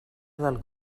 del